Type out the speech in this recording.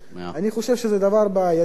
אני חושב שזה דבר בעייתי.